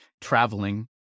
traveling